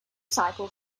cycle